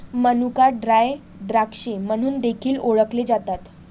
मनुका ड्राय द्राक्षे म्हणून देखील ओळखले जातात